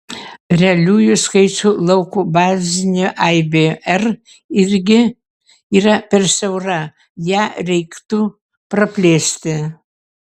realiųjų skaičių lauko bazinė aibė r irgi yra per siaura ją reiktų praplėsti